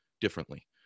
differently